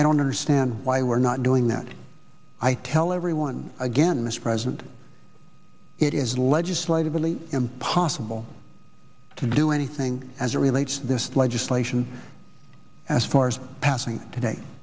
i don't understand why we're not doing that i tell everyone again mr president it is legislatively impossible to do anything as it relates to this legislation as far as passing today